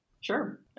Sure